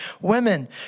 women